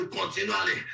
continually